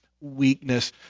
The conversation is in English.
weakness